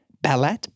Ballet